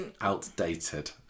outdated